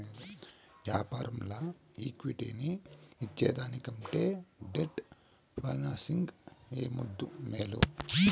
యాపారంల ఈక్విటీని ఇచ్చేదానికంటే డెట్ ఫైనాన్సింగ్ ఏ ముద్దూ, మేలు